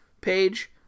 page